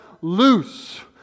loose